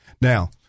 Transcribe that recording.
Now